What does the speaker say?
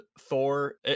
Thor